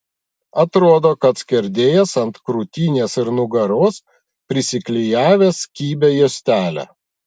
atrodo kad skerdėjas ant krūtinės ir nugaros prisiklijavęs kibią juostelę